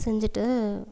செஞ்சுட்டு